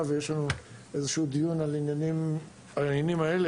ויש לנו איזה דיון על העניינים האלה.